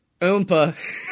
Oompa